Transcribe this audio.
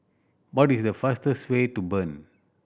what is the fastest way to Bern